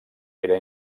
era